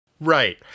Right